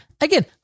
Again